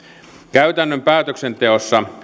käytännön päätöksenteossa